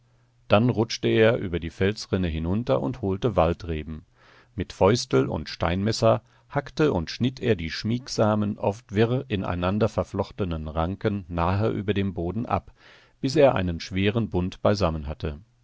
dann rutschte er über die felsrinne hinunter und holte waldreben mit fäustel und steinmesser hackte und schnitt er die schmiegsamen oft wirr ineinanderverflochtenen ranken nahe über dem boden ab bis er einen schweren bund beisammen hatte